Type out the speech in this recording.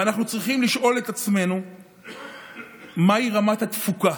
ואנחנו צריכים לשאול את עצמו מהי רמת התפוקה